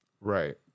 Right